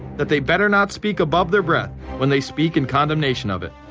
that they better not speak above their breath when they speak in condemnation of it.